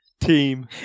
team